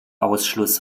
ausschluss